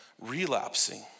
relapsing